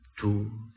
two